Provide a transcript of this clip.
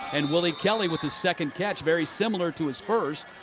and willie kelley with his second catch, very similar to his first.